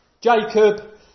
Jacob